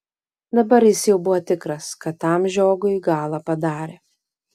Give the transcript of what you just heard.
dabar jis jau buvo tikras kad tam žiogui galą padarė